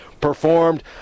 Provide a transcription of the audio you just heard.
performed